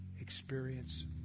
experience